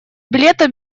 билета